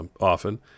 often